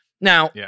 Now